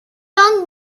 young